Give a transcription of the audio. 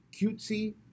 cutesy